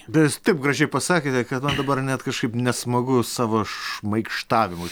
jūs taip gražiai pasakėte kad dabar net kažkaip nesmagu savo šmaikštavimu